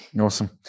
Awesome